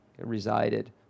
resided